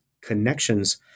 connections